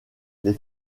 les